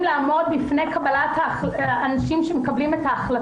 לעמוד בפני האנשים שמקבלים את ההחלטות.